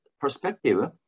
perspective